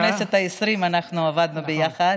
אם אתה זוכר, בכנסת העשרים אנחנו עבדנו ביחד.